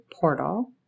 portal